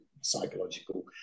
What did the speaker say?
psychological